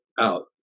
out